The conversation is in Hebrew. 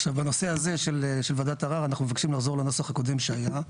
עכשיו בנושא הזה של ועדת ערר אנחנו מבקשים לחזור לנוסח הקודם שהיה,